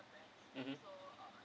mmhmm